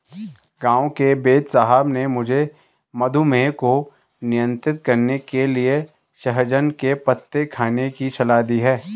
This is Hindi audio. गांव के वेदसाहब ने मुझे मधुमेह को नियंत्रण करने के लिए सहजन के पत्ते खाने की सलाह दी है